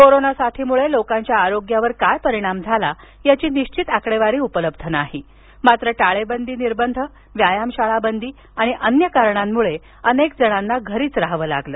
corona साथीमुळे लोकांच्या आरोग्यावर काय परिणाम झाला याची निश्वित आकडेवारी उपलब्ध नाही मात्र टाळेबंदी निर्बंध व्यायामशाळा बंदी आणि अन्य कारणांमुळे अनेक जणांना घरीच थांबावं लागलं